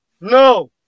no